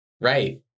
Right